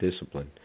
discipline